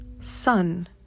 sun